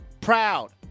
Proud